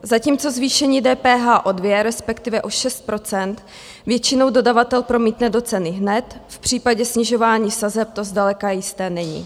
Zatímco zvýšení DPH o dvě, respektive o šest procent většinou dodavatel promítne do ceny hned, v případě snižování sazeb to zdaleka jisté není.